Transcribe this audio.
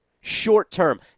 short-term